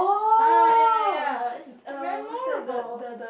ah yeah yeah yeah it's memorable